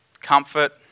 comfort